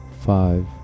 five